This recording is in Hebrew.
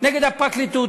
נגד הפרקליטות,